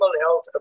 health